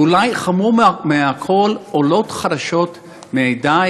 ואולי חמור מכול: עולות חדשות מהעדה